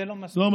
זה לא מספיק.